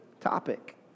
topic